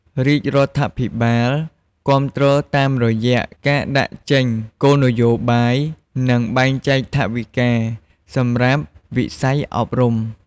រាជរដ្ឋាភិបាលគាំទ្រតាមរយៈ ការដាក់ចេញគោលនយោបាយ និង បែងចែកថវិកា សម្រាប់វិស័យអប់រំ។